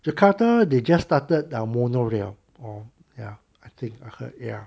jakarta they just started their monorail or ya I think I heard ya